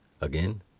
Again